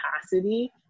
capacity